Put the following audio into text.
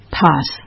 pass